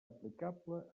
aplicable